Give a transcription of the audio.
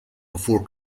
before